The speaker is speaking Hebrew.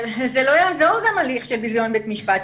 זה לא יעזור גם הליך של ביזיון בית משפט,